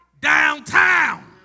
downtown